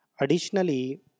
Additionally